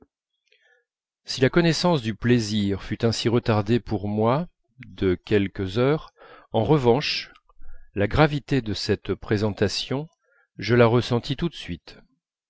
si la connaissance du plaisir fut ainsi retardée pour moi de quelques heures en revanche la gravité de cette présentation je la ressentis tout de suite